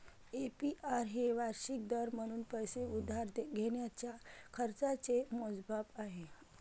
APR हे वार्षिक दर म्हणून पैसे उधार घेण्याच्या खर्चाचे मोजमाप आहे